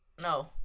No